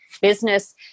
Business